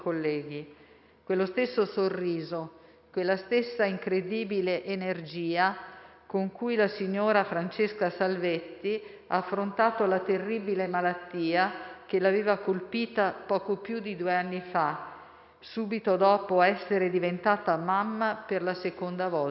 Quello stesso sorriso e quella stessa incredibile energia con cui la signora Francesca Salvetti ha affrontato la terribile malattia che l'aveva colpita poco più di due anni fa, subito dopo essere diventata mamma per la seconda volta.